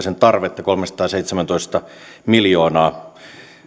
tarvetta kolmesataaseitsemäntoista miljoonaa